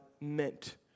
meant